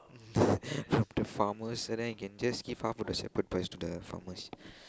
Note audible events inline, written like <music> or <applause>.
<laughs> from the farmers and then you can just keep far from the separate place to the farmers